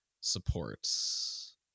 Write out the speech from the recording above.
supports